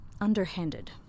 underhanded